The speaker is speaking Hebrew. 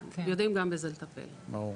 ברור.